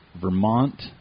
Vermont